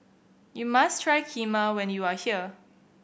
you must try Kheema when you are here